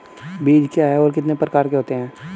बीज क्या है और कितने प्रकार के होते हैं?